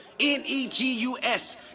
n-e-g-u-s